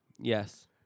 Yes